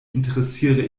interessiere